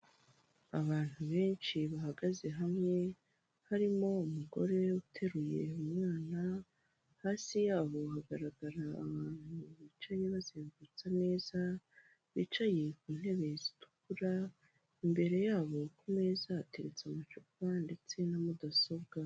Abantu benshi bahagaze hamwe barimo umugore uteruye umwana, hasi yabo hagaragara abantu bicaye bazengurutse neza bicaye ku ntebe zitukura imbere yabo ku meza hateretse amacupa ndetse na mudasobwa.